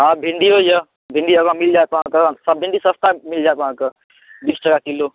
हँ भिंडियो यऽ भिंडी मिल जायत अहाँकेँ भिंडी सस्ता मिल जायत अहाँकेँ बीस टका किलो